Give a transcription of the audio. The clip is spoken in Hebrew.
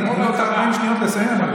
40 שניות לסיים.